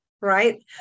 right